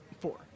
Four